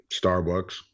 Starbucks